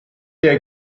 der